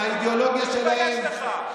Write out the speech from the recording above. שהאידיאולוגיה שלהם, תתבייש לך.